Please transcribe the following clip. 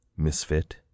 Misfit